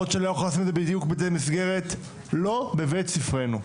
לא בבית ספרנו.